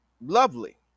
lovely